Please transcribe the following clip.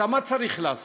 מה צריך לעשות?